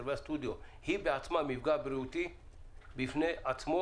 והסטודיו היא מפגע בריאותי בפני עצמו.